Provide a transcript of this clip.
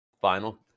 Final